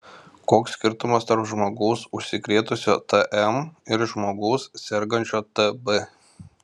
koks skirtumas tarp žmogaus užsikrėtusio tm ir žmogaus sergančio tb